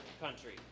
country